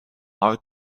are